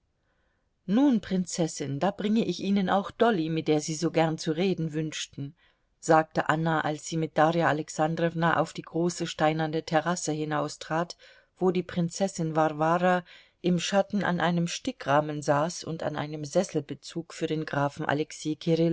nun prinzessin da bringe ich ihnen auch dolly mit der sie so gern zu reden wünschten sagte anna als sie mit darja alexandrowna auf die große steinerne terrasse hinaustrat wo die prinzessin warwara im schatten an einem stickrahmen saß und an einem sesselbezug für den grafen alexei